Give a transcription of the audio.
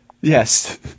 Yes